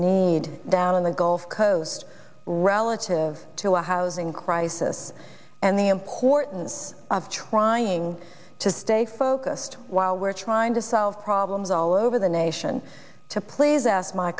need down in the gulf coast relative to a housing crisis and the importance of trying to stay focused while we're trying to solve problems all over the nation to please ask my